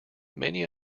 many